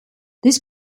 this